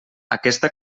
aquesta